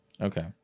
Okay